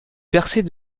percée